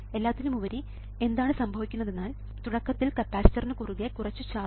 എല്ലാത്തിനുമുപരി എന്താണ് സംഭവിക്കുന്നതെന്നാൽ തുടക്കത്തിൽ കപ്പാസിറ്ററിന് കുറുകെ കുറച്ചു ചാർജ് ഉണ്ട്